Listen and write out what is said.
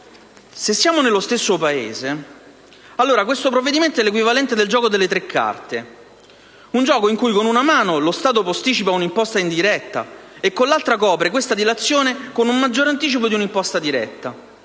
Se siamo nello stesso Paese, allora questo provvedimento è l'equivalente del gioco delle tre carte: un gioco in cui, con una mano, lo Stato posticipa una imposta indiretta e, con l'altra, copre questa dilazione con un maggiore anticipo di una imposta diretta.